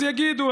אז יגידו,